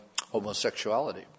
homosexuality